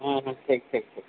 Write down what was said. ହଁ ହଁ ଠିକ୍ ଠିକ୍ ଠିକ୍